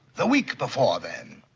the week before, then.